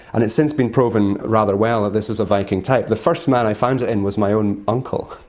and it has since been proven rather well that this is a viking type. the first man i found it in was my own uncle.